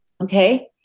Okay